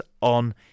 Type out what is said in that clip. on